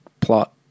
plot